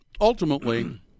ultimately